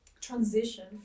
transition